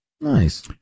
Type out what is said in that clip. Nice